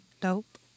Dope